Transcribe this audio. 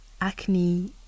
acne